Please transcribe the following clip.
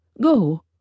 Go